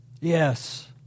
Yes